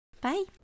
Bye